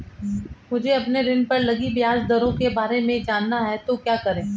मुझे अपने ऋण पर लगी ब्याज दरों के बारे में जानना है तो क्या करें?